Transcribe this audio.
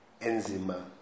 Enzima